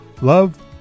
Love